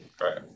Right